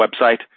website